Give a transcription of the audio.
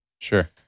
Sure